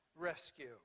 rescue